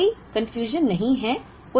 इसलिए कोई भ्रम कन्फ्यूजन नहीं है